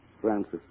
Francis